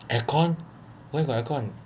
aircon where got aircon